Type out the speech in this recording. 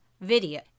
video